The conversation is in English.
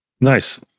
Nice